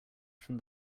from